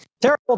Terrible